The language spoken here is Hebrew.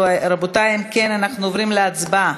רבותי, אם כן, אנחנו עוברים להצבעה.